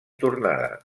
tornada